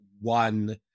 one